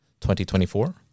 2024